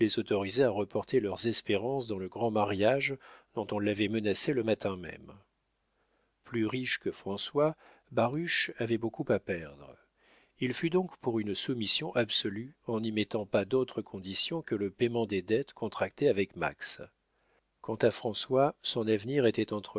autorisait à reporter leurs espérances dans le grand mariage dont on l'avait menacé le matin même plus riche que françois baruch avait beaucoup à perdre il fut donc pour une soumission absolue en n'y mettant pas d'autres conditions que le payement des dettes contractées avec max quant à françois son avenir était